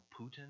Putin